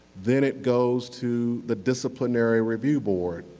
then it goes to the disciplinary review board.